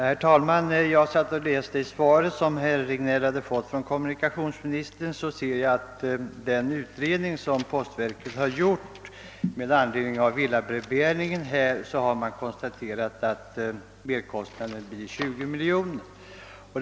Herr talman! När jag satt och läste det svar herr Regnéll fått av kommunikationsministern såg jag att den utredning postverket gjort om villabrevbäringen kunnat konstatera att merkostnaden blir 20 miljoner kronor.